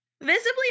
visibly